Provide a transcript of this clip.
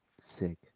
sick